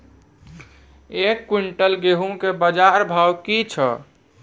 एक क्विंटल गेहूँ के बाजार भाव की छ?